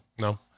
No